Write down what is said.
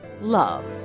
love